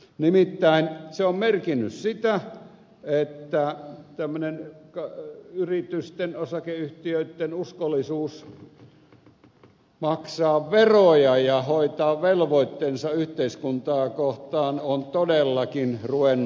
nimittäin se on merkinnyt sitä että tämmöinen yritysten osakeyhtiöitten uskollisuus maksaa veroja ja hoitaa velvoitteensa yhteiskuntaa kohtaan on todellakin ruvennut lipeämään